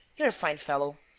you're a fine fellow!